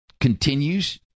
continues